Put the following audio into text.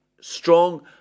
strong